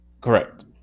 Correct